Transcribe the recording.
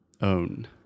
Own